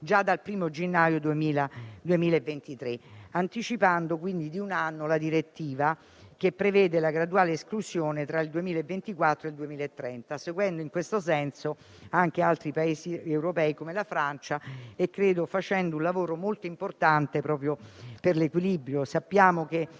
già dal 1° gennaio 2023, anticipando quindi di un anno la direttiva che ne prevede la graduale esclusione tra il 2024 e il 2030, sulla scia di quanto stanno facendo altri Paesi europei, come la Francia, e - credo - facendo così un lavoro molto importante proprio per l'equilibrio del pianeta.